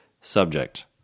subject